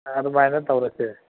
ꯑꯗꯨꯃꯥꯏꯅ ꯇꯧꯔꯁꯦ